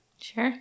sure